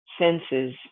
senses